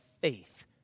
faith